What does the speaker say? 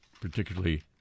particularly